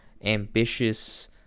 ambitious